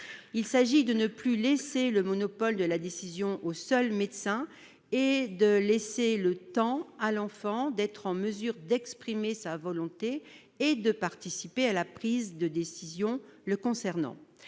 Il s'agit ainsi de ne plus laisser le monopole de la décision aux seuls médecins, de donner à l'enfant le temps d'être en mesure d'exprimer sa volonté et de participer à la prise de décision le concernant.